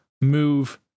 move